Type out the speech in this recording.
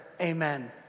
Amen